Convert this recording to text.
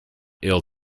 ill